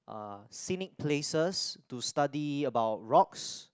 uh scenic places to study about rocks